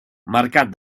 mercat